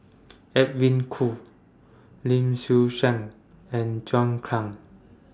Edwin Koo Lim Swee Say and John Clang